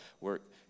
work